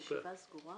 הישיבה סגורה?